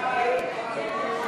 הממשלה על